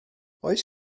oes